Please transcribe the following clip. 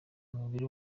umubiri